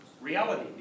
reality